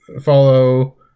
follow